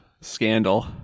Scandal